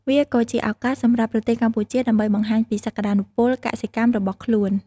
វាក៏ជាឱកាសសម្រាប់ប្រទេសកម្ពុជាដើម្បីបង្ហាញពីសក្តានុពលកសិកម្មរបស់ខ្លួន។